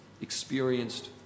experienced